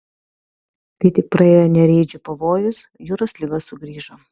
kai tik praėjo nereidžių pavojus jūros liga sugrįžo